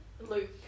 Luke